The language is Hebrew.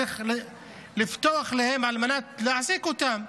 צריך לפתוח להם על מנת להעסיק אותם.